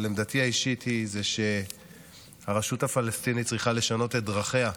עמדתי האישית היא שהרשות הפלסטינית צריכה לשנות את דרכיה,